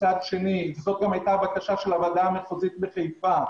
זאת גם הייתה הבקשה של הוועדה המחוזית בחיפה,